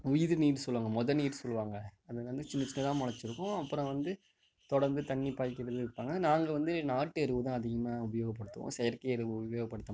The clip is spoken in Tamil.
உய்துநீர்ன்னு சொல்லுவாங்க மொதல்நீர் சொல்லுவாங்க அது வந்து சின்னச்சின்னதாக முளைச்சிருக்கும் அப்புறம் வந்து தொடர்ந்து தண்ணி பாய்கிறது இருப்பாங்க நாங்கள் வந்து நாட்டு எருதான் அதிகமாக உபயோகப்படுத்துவோம் செயற்கை எரு உபயோகப்படுத்தமாட்டோம்